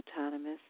autonomous